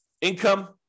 Income